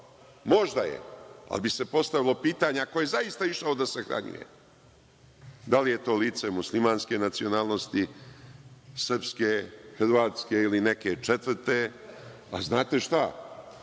možda je, ali bi se postavilo pitanje ako je zaista išao da sahranjuje, da li je to lice muslimanske nacionalnosti, srpske, hrvatske ili neke četvrte. Znate šta,